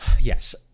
Yes